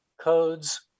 codes